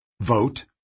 Vote